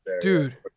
Dude